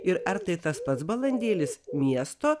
ir ar tai tas pats balandėlis miesto